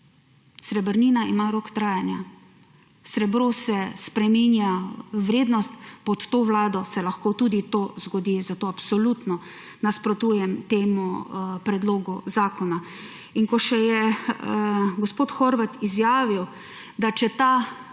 Srebrnina ima rok trajanja. Srebru se spreminja vrednost, pod to vlado se lahko tudi to zgodi, zato absolutno nasprotujem temu predlogu zakona. Ko je gospod Horvat izjavil, če ta predlog